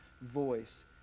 voice